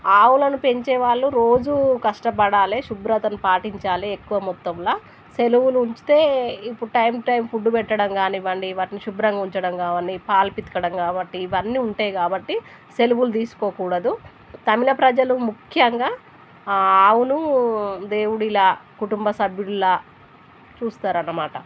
ఆవులను పెంచేవాళ్ళు రోజూ కష్టపడాలి శుభ్రతను పాటించాలి ఎక్కువ మొత్తంలో సెలవులు ఉంచితే ఇప్పుడు టైం టు టైం ఫుడ్డు పెట్టడం కానివ్వండి వాటిని శుభ్రంగా ఉంచడం కానివ్వండి పాలుపితకడం కాబట్టి ఇవన్నీ ఉంటాయి కాబట్టి సెలవులు తీసుకోకూడదు తమిళ ప్రజలు ముఖ్యంగా ఆవును దేవుడిలా కుటుంబ సభ్యుడిలా చూస్తారన్నమాట